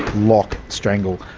lock, strangle.